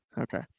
Okay